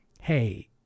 hey